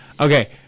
Okay